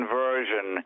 version